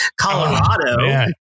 Colorado